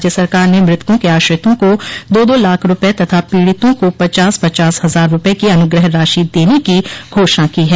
राज्य सरकार ने मृतकों के आश्रितों को दो दो लाख रूपये तथा पीडितों को पचास पचास हजार रूपये की अनुग्रह राशि देने की घोषणा की है